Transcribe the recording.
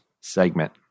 segment